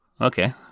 Okay